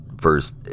first